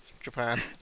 Japan